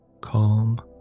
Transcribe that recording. Calm